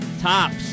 Tops